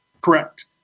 correct